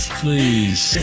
please